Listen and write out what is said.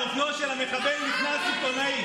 על האופנוע של המחבל נכנס עיתונאי.